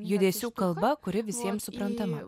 judesių kalba kuri visiems suprantama